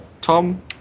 Tom